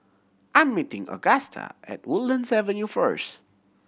I'm meeting Augusta at Woodlands Avenue first